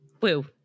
Woo